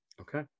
Okay